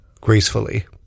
gracefully